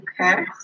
Okay